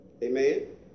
Amen